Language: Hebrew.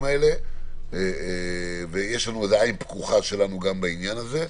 האלה ויש גם עין פקוחה שלנו על העניין הזה.